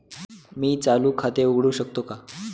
मी चालू खाते उघडू शकतो का?